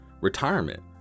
retirement